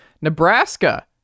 Nebraska